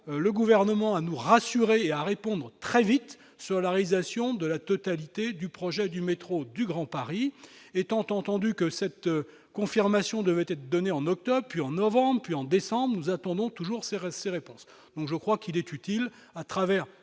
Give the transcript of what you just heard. le gouvernement à nous rassurer à répondre très vite sur la réalisation de la totalité du projet du métro du Grand Paris, étant entendu que cette confirmation devait être donné en octobre puis en novembre puis en décembre, nous attendons toujours s'est assez pense donc, je crois qu'il est utile à travers